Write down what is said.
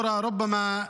רבה.